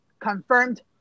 Confirmed